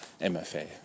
MFA